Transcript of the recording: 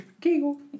Kegel